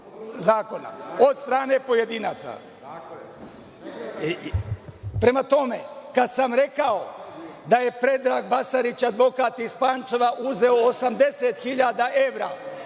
zakona od strane pojedinaca. Prema tome, kada sam rekao da je Predrag Basarić, advokat iz Pančeva, uzeo 80 hiljada